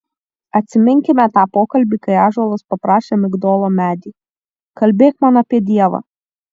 atsiminkime tą pokalbį kai ąžuolas paprašė migdolo medį kalbėk man apie dievą